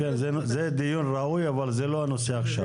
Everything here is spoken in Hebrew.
כן זה דיון ראוי אבל זה לא הנושא עכשיו.